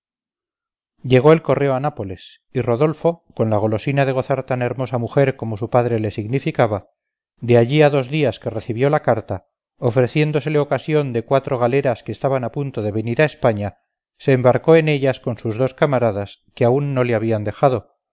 llegó el correo a nápoles y rodolfo con la golosina de gozar tan hermosa mujer como su padre le significaba de allí a dos días que recibió la carta ofreciéndosele ocasión de cuatro galeras que estaban a punto de venir a españa se embarcó en ellas con sus dos camaradas que aún no le habían dejado